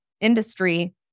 industry